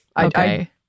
Okay